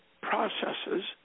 processes